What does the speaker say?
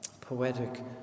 poetic